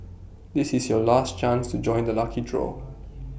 this is your last chance to join the lucky draw